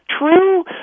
true